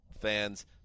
fans